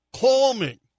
calming